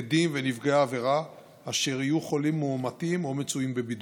עדים ונפגעי עבירה אשר יהיו חולים מאומתים או מצויים בבידוד.